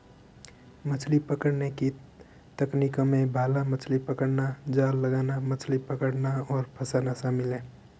मछली पकड़ने की तकनीकों में भाला मछली पकड़ना, जाल लगाना, मछली पकड़ना और फँसाना शामिल है